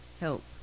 help